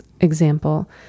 example